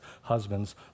husbands